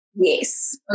Yes